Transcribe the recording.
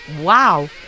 wow